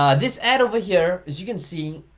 um this ad over here as you can see,